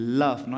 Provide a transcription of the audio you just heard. love